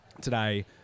today